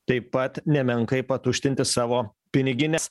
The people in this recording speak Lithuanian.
taip pat nemenkai patuštinti savo pinigines